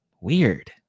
Weird